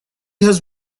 has